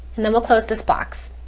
and then we'll close this box.